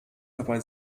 dabei